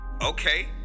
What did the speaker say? Okay